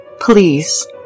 please